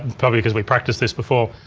probably because we practice this before.